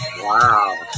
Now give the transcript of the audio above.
Wow